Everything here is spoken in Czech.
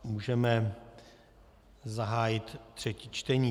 Můžeme zahájit třetí čtení.